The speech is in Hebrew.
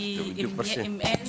כי אם אין